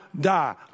die